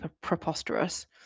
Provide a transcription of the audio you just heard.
preposterous